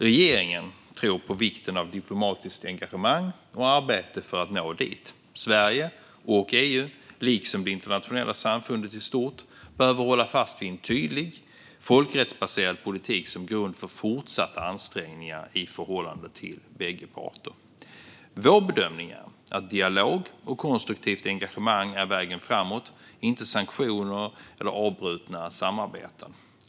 Regeringen tror på vikten av diplomatiskt engagemang och arbete för att nå dit. Sverige och EU, liksom det internationella samfundet i stort, behöver hålla fast vid en tydlig folkrättsbaserad politik som grund för fortsatta ansträngningar i förhållande till bägge parter. Vår bedömning är att dialog och konstruktivt engagemang är vägen framåt, inte sanktioner eller avbrutna samarbeten.